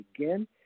again